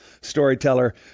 storyteller